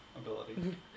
ability